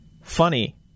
funny